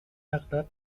اغلب